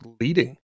leading